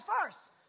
first